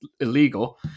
illegal